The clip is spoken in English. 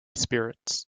spirits